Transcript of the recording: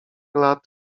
lat